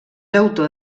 autor